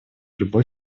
любой